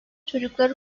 çocukları